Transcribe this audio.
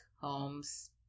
Holmes